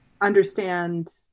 understand